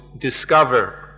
discover